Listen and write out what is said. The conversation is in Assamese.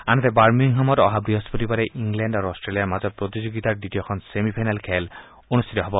আনহাতে বাৰ্মিংহামত অহা বৃহস্পতিবাৰে ইংলেণ্ড আৰু অট্টেলিয়াৰ মাজত প্ৰতিযোগিতাৰ দ্বিতীয়খন ছেমিফাইনেল অনুষ্ঠিত হ'ব